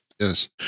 Yes